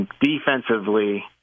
Defensively